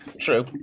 True